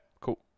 cool